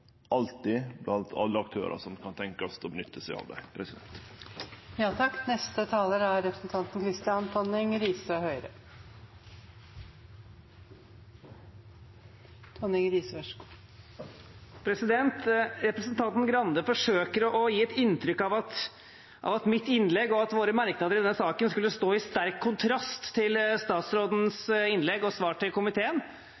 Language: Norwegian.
alltid har brei tillit blant alle aktørar som kan tenkjast å nytte seg av dei. Representanten Arild Grande forsøker å gi et inntrykk av at mitt innlegg og våre merknader i denne saken skulle stå i sterk kontrast til